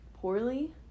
Poorly